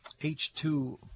H2